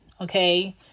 Okay